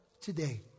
today